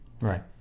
Right